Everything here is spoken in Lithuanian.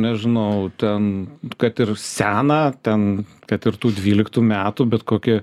nežinau ten kad ir seną ten kad ir tų dvyliktų metų bet kokį